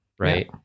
Right